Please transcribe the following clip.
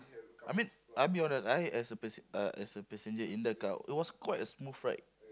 I mean I'm your ride I as a passen~ uh as a passenger in the car it was quite a smooth ride